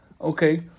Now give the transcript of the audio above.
Okay